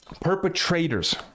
Perpetrators